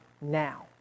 now